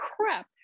crap